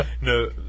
no